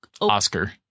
Oscar